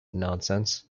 nonsense